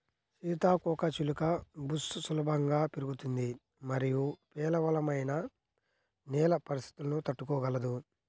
సీతాకోకచిలుక బుష్ సులభంగా పెరుగుతుంది మరియు పేలవమైన నేల పరిస్థితులను తట్టుకోగలదు